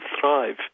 thrive